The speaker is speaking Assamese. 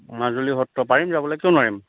মাজুলী সত্ৰ পাৰিম যাবলে কিয় নোৱাৰিম